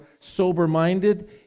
sober-minded